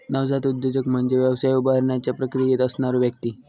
नवजात उद्योजक म्हणजे व्यवसाय उभारण्याच्या प्रक्रियेत असणारो व्यक्ती